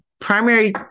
primary